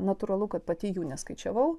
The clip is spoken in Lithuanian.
natūralu kad pati jų neskaičiavau